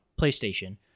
PlayStation